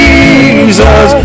Jesus